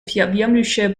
всеобъемлющая